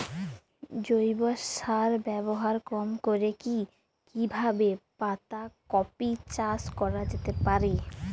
জৈব সার ব্যবহার কম করে কি কিভাবে পাতা কপি চাষ করা যেতে পারে?